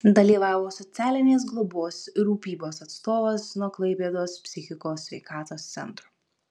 dalyvavo socialinės globos ir rūpybos atstovas nuo klaipėdos psichikos sveikatos centro